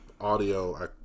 audio